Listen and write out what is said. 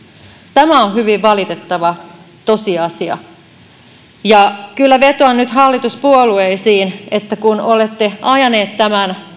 tämä on hyvin valitettava tosiasia kyllä vetoan nyt hallituspuolueisiin että kun olette ajaneet läpi tämän